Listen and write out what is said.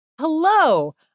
Hello